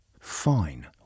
Fine